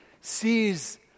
sees